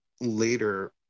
later